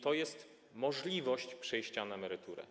Tu jest możliwość przejścia na emeryturę.